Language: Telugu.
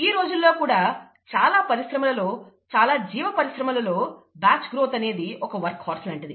ఈ రోజుల్లో కూడా చాలా పరిశ్రమలలో చాలా జీవ పరిశ్రమలలో బ్యాచ్ గ్రోత్ అనేది ఒక వర్క్ హార్స్ లాంటిది